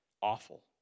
awful